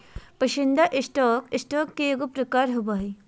पसंदीदा stock, stock के एगो प्रकार होबो हइ